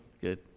Good